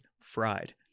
fried